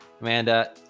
amanda